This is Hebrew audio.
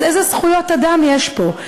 אז איזה זכויות אדם יש פה?